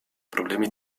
problemi